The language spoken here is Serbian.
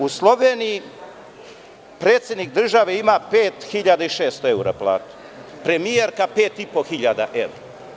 U Sloveniji predsednik države ima 5.600 evra platu, premijerka 5.500 evra.